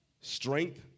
strength